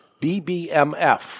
BBMF